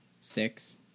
Six